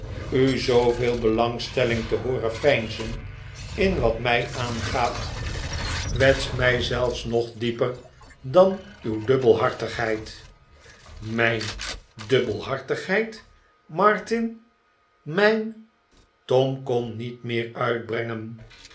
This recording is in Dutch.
u zooveel belangstelling te hooren veinzen in wat mij aangaat kwetst mij zelfs nog dieper dan uw dubbelhartigheid mijn dubbelhartigheid martin mijn tom kon niet meer uitbrengen